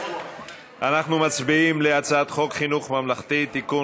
אנחנו מצביעים על הצעת חוק חינוך ממלכתי (תיקון,